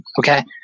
Okay